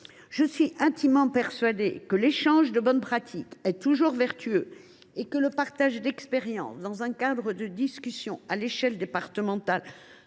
Je suis intimement persuadée que l’échange de bonnes pratiques est toujours vertueux et que le partage d’expérience dans un cadre de discussion départemental,